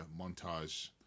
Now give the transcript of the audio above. montage